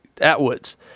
Atwoods